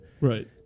Right